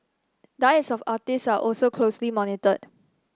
diets of artistes are also closely monitored